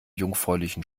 jungfräulichen